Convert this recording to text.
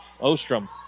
Ostrom